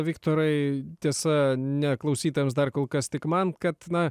viktorai tiesa ne klausytojams dar kol kas tik man kad na